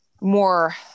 more